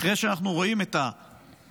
אחרי שאנחנו רואים את הכישלון